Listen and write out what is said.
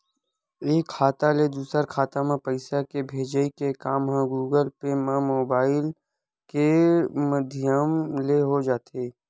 एक खाता ले दूसर खाता म पइसा के भेजई के काम ह गुगल पे म मुबाइल के माधियम ले हो जाथे